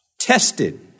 tested